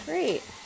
Great